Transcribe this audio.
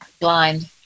blind